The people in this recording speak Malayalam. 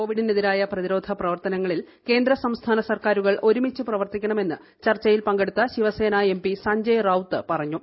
കോവിഡിനെതിരായ പ്രതിരോധ പ്രവർത്തനങ്ങളിൽ കേന്ദ്ര സംസ്ഥാന സർക്കാരുകൾ ഒരുമിച്ച് പ്രവർത്തിക്കണമെന്ന് ചർച്ചയിൽ പങ്കെടുത്ത ശിവസേന എട്ട്പി സഞ്ജയ് റൌത്ത് പറഞ്ഞു